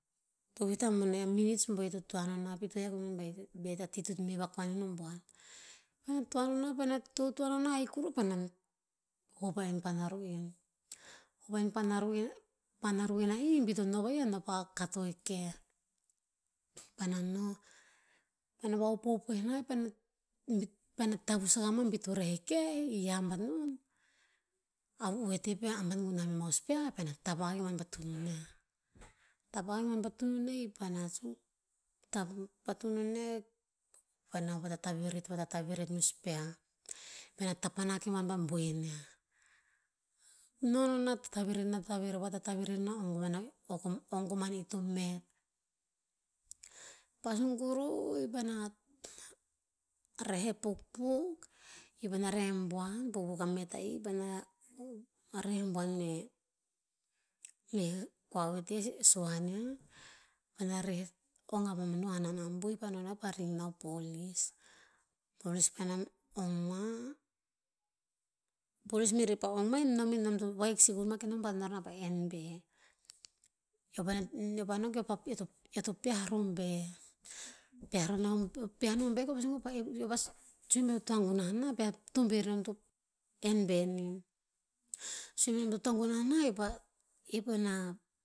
Tovih tah bone a minits bo ito toa no nah pi to hek ba be ta ti to me vakoan ino buan. Parena toa no nah paena totoa no nah ahik kuru paena hop a en pana ru'en. Hop a en pana ni'en, pana ru'en haih bi to no vaih, a no pa kato e keh. Paona no, paena vahopop oen nah paena bi, paena tavas akah ma bi to reh e keh i hiav bat non, avu oete peo aban gunah me ma o spia paena tap akah ke buan pa tonun niah. Tap akah ke buan pa tonun niah, i paena sun, tap pa tonun niah, paena vatatveret vatataveret o spia. Paena tapan akah ke buan pa boen niah. Nonoa nah tataveret nah tavir tataveret ah ong koman nai ong koman ito met. Pah sun kuru i paena reh a pukpuk, i paena neh buan pukpuk a mat a'ih. Paeba reh buan eh meh kua oete e suan niah. Paena reh ong avah manu hanan abuh i pah no nah pa ring na o polis. Polis paena ong ma, polis me rer pa ongg ma nom enom to vahik sibur ma kenon pa no ro na pa en be. Eo paena eo pa no eo to- eo to pe'ah ro be. Pe'ah ro- pe'ah ro nah o be ko sue beo to toa gunah nah pi a tober nom to en bi nom. Sue be nom to toa gunah nah eo pa ep o ina